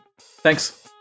Thanks